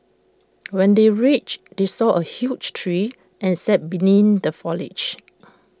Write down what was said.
when they reached they saw A huge tree and sat beneath the foliage